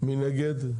מי נגד?